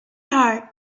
heart